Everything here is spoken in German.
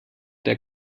der